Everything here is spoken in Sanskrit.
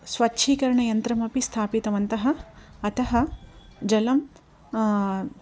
स्वच्छीकरणयन्त्रमपि स्थापितवन्तः अतः जलं